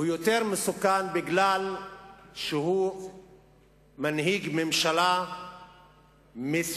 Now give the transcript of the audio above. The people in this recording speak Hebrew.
הוא יותר מסוכן כי הוא מנהיג ממשלה מסוכנת,